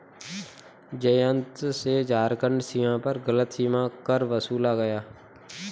जयंत से झारखंड सीमा पर गलत सीमा कर वसूला गया